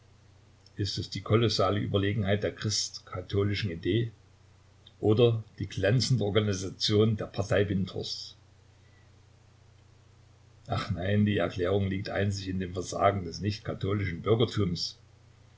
ist es die kolossale überlegenheit der christ-katholischen idee oder die glänzende organisation der partei windthorsts ach nein die erklärung liegt einzig in dem versagen des nichtkatholischen bürgertums